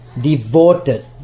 devoted